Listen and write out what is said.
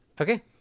Okay